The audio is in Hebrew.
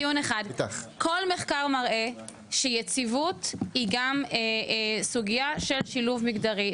כל מחקר מראה שיציבות היא גם סוגיה של שילוב מגדרי.